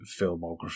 filmography